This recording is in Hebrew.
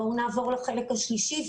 בואו נעבור לחלק השלישי,